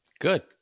Good